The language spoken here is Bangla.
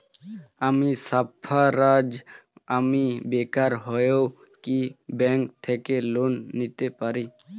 আমি সার্ফারাজ, আমি বেকার হয়েও কি ব্যঙ্ক থেকে লোন নিতে পারি?